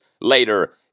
later